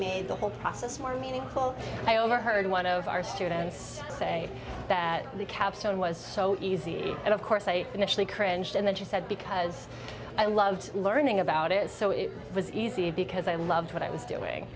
made the whole process more meaningful i overheard one of our students say that the capstone was so easy and of course i initially cringed and then she said because i loved learning about it so it was easy because i loved what i was doing